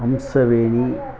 Amsaveni